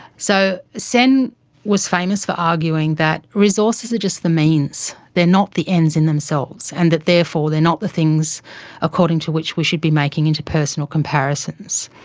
so sen was famous for arguing that resources are just the means, they're not the ends in themselves and that therefore they're not the things according to which we should be making interpersonal comparisons.